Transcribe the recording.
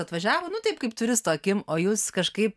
atvažiavo nu taip kaip turisto akim o jūs kažkaip